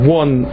one